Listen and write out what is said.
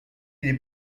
les